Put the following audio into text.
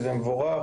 זה מבורך